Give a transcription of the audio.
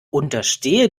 unterstehe